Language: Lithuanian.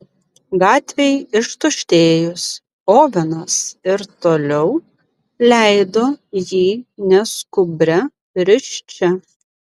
gatvei ištuštėjus ovenas ir toliau leido jį neskubria risčia